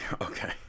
okay